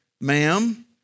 Ma'am